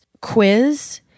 quiz